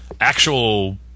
actual